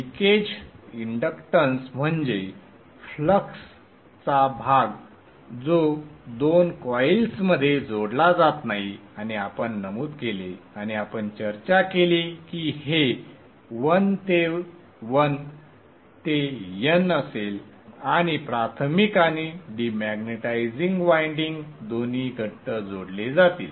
leakage inductance म्हणजे फ्लक्सचा भाग जो दोन कॉइल्समध्ये जोडला जात नाही आणि आपण नमूद केले आणि आपण चर्चा केली की हे 1 ते 1 ते n असेल आणि प्राथमिक आणि डिमॅग्नेटिझिंग वायंडिंग दोन्ही घट्ट जोडले जातील